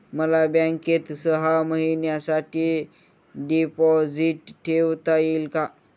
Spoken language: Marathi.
मला बँकेत सहा महिन्यांसाठी डिपॉझिट ठेवता येईल का?